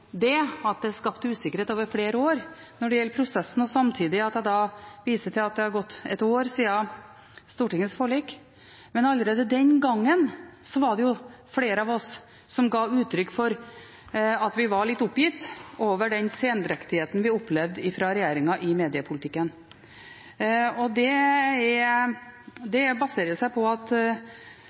er skapt usikkerhet over flere år når det gjelder prosessen, samtidig som jeg viser til at det har gått et år siden Stortingets forlik. Men allerede den gangen var det flere av oss som ga uttrykk for at vi var litt oppgitt over den sendrektigheten vi opplevde fra regjeringen i mediepolitikken. Det baserer seg på at